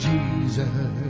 Jesus